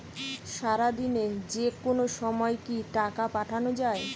সারাদিনে যেকোনো সময় কি টাকা পাঠানো য়ায়?